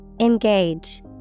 Engage